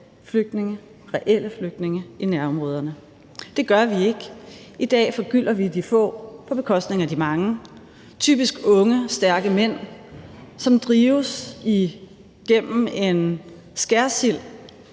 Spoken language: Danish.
hjalp reelle flygtninge i nærområderne. Det gør vi ikke. I dag forgylder vi de få på bekostning af de mange, typisk unge, stærke mænd, som drives igennem en skærsild